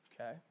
okay